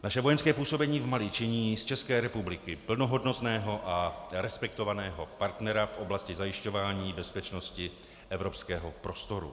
Naše vojenské působení v Mali činí z České republiky plnohodnotného a respektovaného partnera v oblasti zajišťování bezpečnosti evropského prostoru.